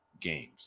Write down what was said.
games